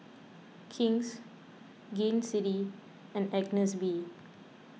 King's Gain City and Agnes B